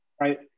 Right